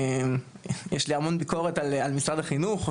יש לי המון ביקורת על משרד החינוך,